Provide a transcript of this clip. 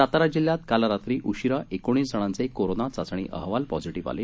सातारा जिल्ह्यात काल रात्री उशीरा एकोणीस जणांचे कोरोना चाचणी अहवाल पॉझीटीव्ह आले